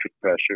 pressure